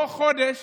תוך חודש